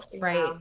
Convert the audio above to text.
Right